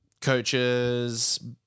coaches